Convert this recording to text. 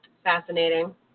Fascinating